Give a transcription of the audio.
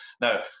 now